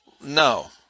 No